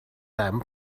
them